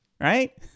right